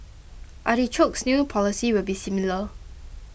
Artichoke's new policy will be similar